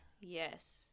Yes